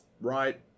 right